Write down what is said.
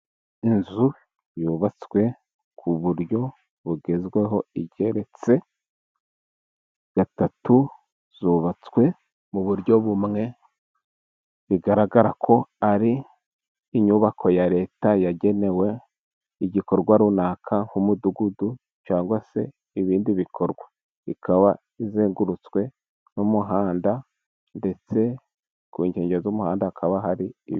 Inzu yubatswe ku buryo bugezweho, igeretse gatatu, zubatswe mu buryo bumwe, bigaragara ko ari inyubako ya Leta, yagenewe igikorwa runaka nk'umudugudu, cyangwa se ibindi bikorwa, ikaba izengurutswe n'umuhanda, ndetse ku nkengero z'umuhanda hakaba hari ibiti.